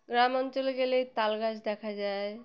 গ্রাম অঞ্চলে গেলেই তাল গাছ দেখা যায়